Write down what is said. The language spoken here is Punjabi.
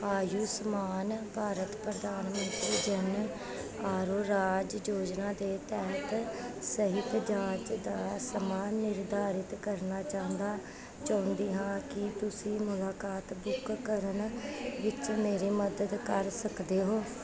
ਆਯੁਸ਼ਮਾਨ ਭਾਰਤ ਪ੍ਰਧਾਨ ਮੰਤਰੀ ਜਨ ਆਰੋਰਾਜ ਯੋਜਨਾ ਦੇ ਤਹਿਤ ਸਿਹਤ ਜਾਂਚ ਦਾ ਸਮਾਂ ਨਿਰਧਾਰਤ ਕਰਨਾ ਚਾਹੁੰਦਾ ਚਾਹੁੰਦੀ ਹਾਂ ਕੀ ਤੁਸੀਂ ਮੁਲਾਕਾਤ ਬੁੱਕ ਕਰਨ ਵਿੱਚ ਮੇਰੀ ਮਦਦ ਕਰ ਸਕਦੇ ਹੋ